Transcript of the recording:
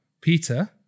Peter